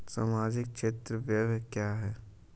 सामाजिक क्षेत्र व्यय क्या है?